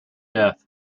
death